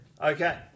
Okay